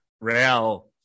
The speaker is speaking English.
Real